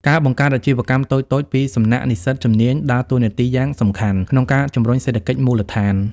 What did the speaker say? ការបង្កើតអាជីវកម្មតូចៗពីសំណាក់និស្សិតជំនាញដើរតួនាទីយ៉ាងសំខាន់ក្នុងការ ជំរុញសេដ្ឋកិច្ចមូលដ្ឋាន។